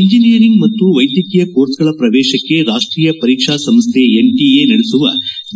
engineering ಮತ್ತು ವೈದ್ಯಕೀಯ ಕೋರ್ಸ್ಗಳ ಪ್ರವೇಶಕ್ಕೆ ರಾಷ್ಷೀಯ ಪರೀಕ್ಷಾ ಸಂಸ್ವೆ ಎನ್ಟಎ ನಡೆಸುವ